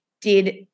did-